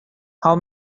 how